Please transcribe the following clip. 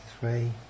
three